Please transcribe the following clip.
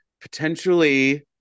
potentially